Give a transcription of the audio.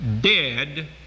dead